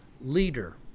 leader